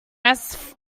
rest